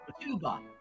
tuba